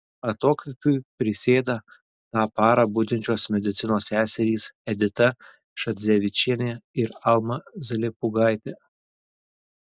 atokvėpiui prisėda tą parą budinčios medicinos seserys edita šadzevičienė ir alma zalepūgaitė